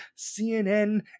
CNN